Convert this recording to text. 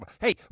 Hey